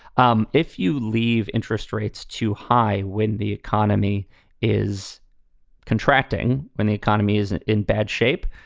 um if you leave interest rates too high, when the economy is contracting, when the economy is in bad shape,